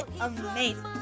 amazing